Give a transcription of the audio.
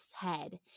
head